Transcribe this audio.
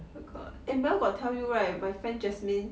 oh god mel got tell you right my friend jasmine